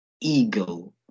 Ego